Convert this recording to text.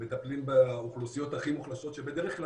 מטפלים באוכלוסיות הכי מוחלשות כשבדרך כלל